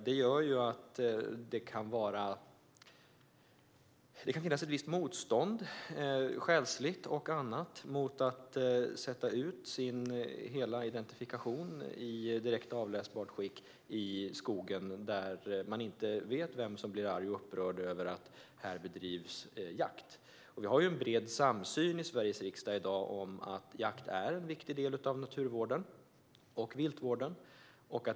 Det gör ju att det kan finnas ett motstånd - själsligt och annat - mot att sätta ut sin identifikation i direkt avläsbart skick i skogen där man inte vet vem som blir arg och upprörd över att det bedrivs jakt. Vi har en bred samsyn i Sveriges riksdag i dag om att jakt är en viktig del av naturvården och viltvården.